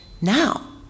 now